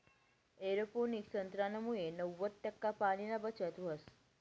aeroponics तंत्रज्ञानमुये नव्वद टक्का पाणीनी बचत व्हस